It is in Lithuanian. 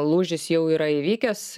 lūžis jau yra įvykęs